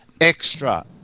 extra